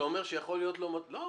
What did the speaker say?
לא,